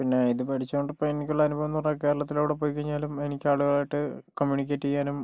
പിന്നെ ഇത് പഠിച്ചതുകൊണ്ടിപ്പോൾ എനിക്കുള്ള അനുഭവമെന്ന് പറഞ്ഞാൽ കേരളത്തിൽ എവിടെ പോയിക്കഴിഞ്ഞാലും എനിക്ക് ആളുകളുമായിട്ട് കമ്മ്യൂണിക്കേറ്റ് ചെയ്യാനും